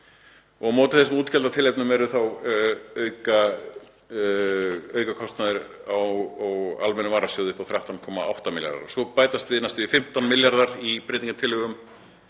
Á móti þessum útgjaldatilefnum er aukakostnaður og almennur varasjóður upp á 13,8 milljarða og svo bætast við næstum því 15 milljarðar í breytingartillögum.